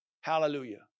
Hallelujah